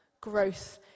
Growth